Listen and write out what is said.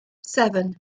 seven